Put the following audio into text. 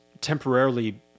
temporarily